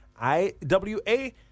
I-W-A